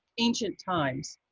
ancient times.